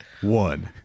One